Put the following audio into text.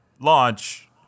Launch